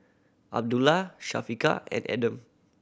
Abdullah Syafiqah and Adam